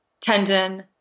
tendon